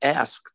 ask